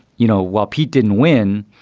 you know, while he didn't win,